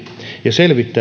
ja